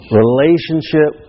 relationship